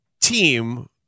team